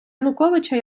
януковича